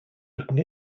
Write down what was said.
looking